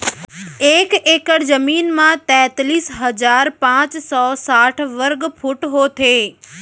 एक एकड़ जमीन मा तैतलीस हजार पाँच सौ साठ वर्ग फुट होथे